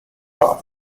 off